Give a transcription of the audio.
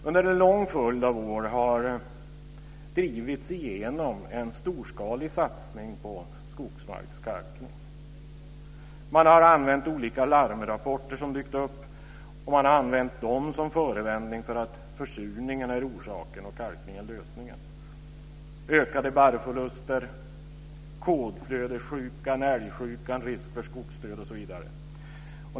Under en lång följd av år har en storskalig satsning på skogsmarkskalkning drivits igenom. Man har använt olika larmrapporter som dykt upp som förevändning för att försurningen är orsaken och kalkningen lösningen. Det gäller också ökade barrförluster, kådflödessjukan, älgsjukan, risk för skogsdöd osv.